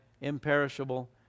imperishable